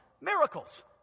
miracles